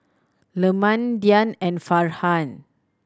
Leman Dian and Farhan